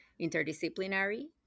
interdisciplinary